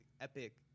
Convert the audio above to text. epic